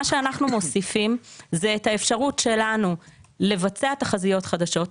מה שאנחנו מוסיפים זה את האפשרות שלנו לבצע תחזיות חדשות,